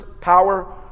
power